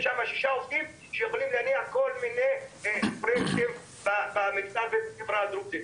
יש שם עובדים שיכולים להניע כל מיני דברים בחברה הדרוזית.